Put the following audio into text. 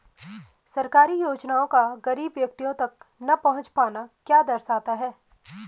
सरकारी योजनाओं का गरीब व्यक्तियों तक न पहुँच पाना क्या दर्शाता है?